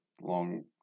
long